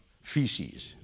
feces